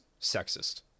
sexist